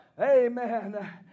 amen